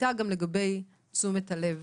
הייתה ביקורת או תרעומת על תשומת הלב